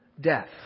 death